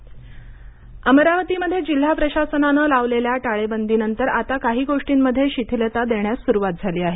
अमरावती अमरावतीमध्ये जिल्हा प्रशासनानं लावलेल्या टाळेबंदीनंतर आता काही गोष्टींमध्ये शिथिलता देण्यास सुरवात झाली आहे